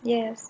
yes